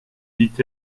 dit